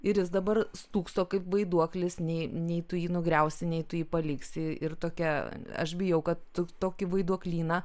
ir jis dabar stūkso kaip vaiduoklis nei nei tu jį nugriausi nei tu jį paliksi ir tokia aš bijau kad tu tokį vaiduoklyną